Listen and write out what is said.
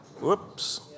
whoops